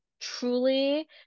truly